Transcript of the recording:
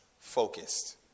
focused